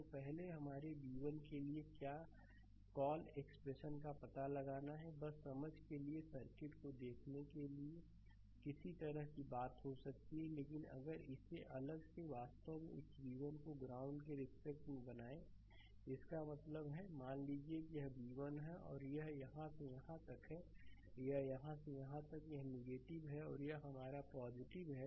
तो पहले हमारे v1 के लिए क्या कॉल एक्सप्रेशन का पता लगाना है बस समझ के लिए सर्किट को देखने के लिए किसी तरह की बात हो सकती है लेकिन अगर इसे अलग से वास्तव में इस v1 को ग्राउंड के रिस्पेक्ट में बनाएं इसका मतलब है मान लीजिए कि यह v1 है और यह यहाँ से यहाँ तक है यह यहाँ से यहाँ तक यह नेगेटिव है और यह हमारा पॉजिटिव है